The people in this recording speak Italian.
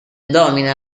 domina